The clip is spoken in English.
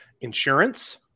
Insurance